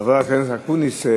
חבר הכנסת אקוניס,